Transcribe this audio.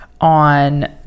on